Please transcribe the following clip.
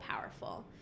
powerful